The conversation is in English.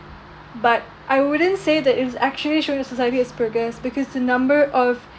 but I wouldn't say that it's actually showing society its progress because the number of